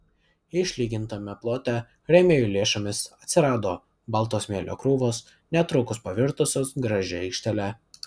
išlygintame plote rėmėjų lėšomis atsirado balto smėlio krūvos netrukus pavirtusios gražia aikštele